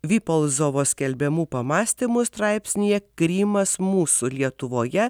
vipolzovo skelbiamų pamąstymų straipsnyje krymas mūsų lietuvoje